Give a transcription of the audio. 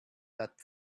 that